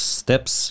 steps